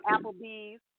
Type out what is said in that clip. Applebee's